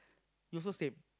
you also same